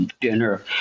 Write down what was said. dinner